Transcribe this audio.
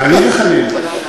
ואני וחנין.